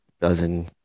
dozen